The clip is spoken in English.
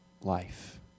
life